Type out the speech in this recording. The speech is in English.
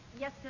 Yes